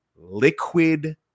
Liquid